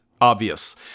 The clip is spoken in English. obvious